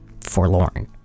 forlorn